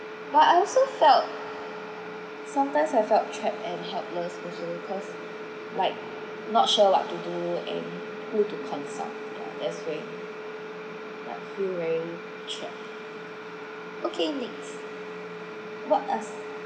but I also felt sometimes I felt trapped and helpless also cause like not sure what to do and who to consult ya that's when like feel very trapped okay next what us